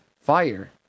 Fire